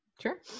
Sure